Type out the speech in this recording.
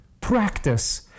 practice